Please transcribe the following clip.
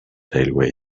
railway